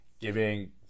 giving